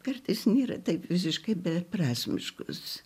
kartais nėra taip visiškai beprasmiškos